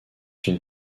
une